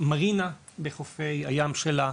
מרינה בחופי הים שלה,